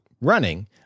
running